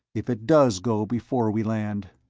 if it does go before we land.